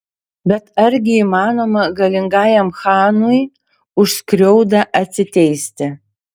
bet argi įmanoma galingajam chanui už skriaudą atsiteisti